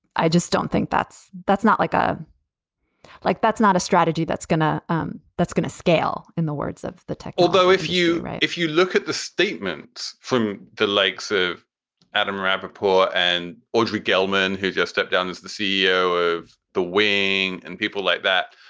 i just don't think that's. that's not like a like that's not a strategy that's going to um that's gonna scale in the words of the tech, although if you if you look at the statements from the likes of adam rapaport and audrey gelman, who just stepped down as the ceo of the wing and people like that,